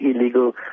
illegal